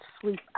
sleep